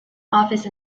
office